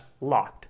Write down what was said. locked